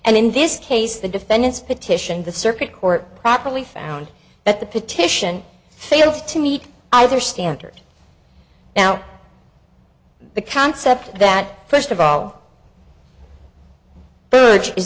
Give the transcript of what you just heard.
and in this case the defendant's petition the circuit court properly found that the petition failed to meet either standard now the concept that first of all burch is